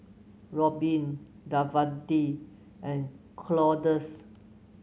Robyn Davante and Claudius